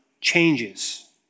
changes